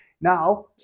Now